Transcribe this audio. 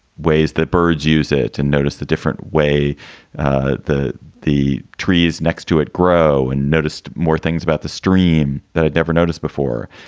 ways that birds use it to notice the different way ah the the trees next to it grow and noticed more things about the stream that i'd never noticed before.